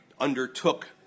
undertook